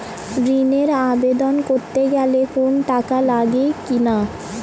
ঋণের আবেদন করতে গেলে কোন টাকা লাগে কিনা?